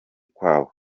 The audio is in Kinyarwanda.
kwabo